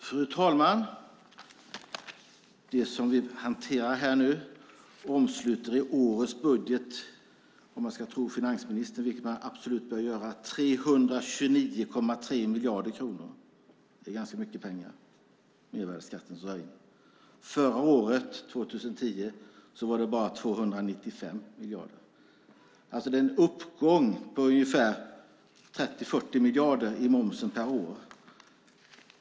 Fru talman! Det som vi nu hanterar omsluter i årets budget - om man nu ska tro finansministern, och det bör man absolut göra - 329,3 miljarder kronor. Det är ganska mycket pengar som mervärdesskatten drar in. Förra året, 2010, var det bara 295 miljarder. Det är alltså en uppgång på 30-40 miljarder i momsen per år.